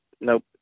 Nope